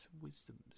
wisdoms